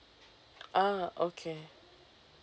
ah okay